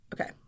Okay